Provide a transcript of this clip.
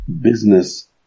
business